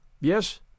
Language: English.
Yes